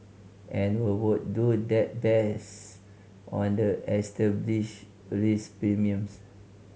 and we would do that based on the established risk premiums